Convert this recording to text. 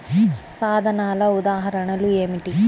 సాధనాల ఉదాహరణలు ఏమిటీ?